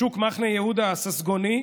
בשוק מחנה יהודה הססגוני,